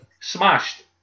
smashed